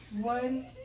one